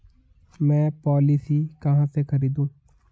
मैं पॉलिसी कहाँ से खरीदूं?